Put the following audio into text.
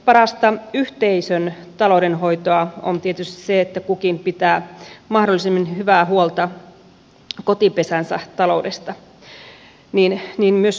parasta yhteisön taloudenhoitoa on tietysti se että kukin pitää mahdollisimman hyvää huolta kotipesänsä taloudesta niin myös suomi